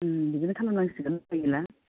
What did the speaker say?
बिदिनो खालामनांसिगोन उफाय गैला